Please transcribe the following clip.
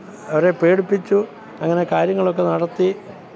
അവരെ പേടിപ്പിച്ചു അങ്ങനെ കാര്യങ്ങളൊക്കെ നടത്തി